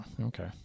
Okay